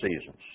seasons